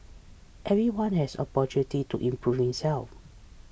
everyone has opportunities to improve himself